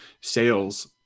sales